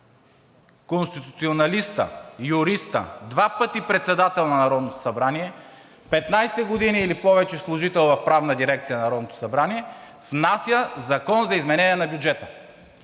Конституционалистът, юристът, два пъти председател на Народното събрание, 15 години или повече служител в Правната дирекция на Народното събрание внася Законопроект за изменение на бюджета!